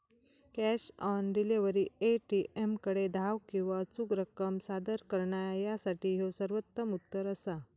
cash on delivery, ए.टी.एमकडे धाव किंवा अचूक रक्कम सादर करणा यासाठी ह्यो सर्वोत्तम उत्तर असा